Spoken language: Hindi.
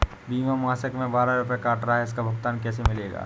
बीमा मासिक में बारह रुपय काट रहा है इसका भुगतान कैसे मिलेगा?